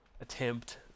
attempt